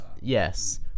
Yes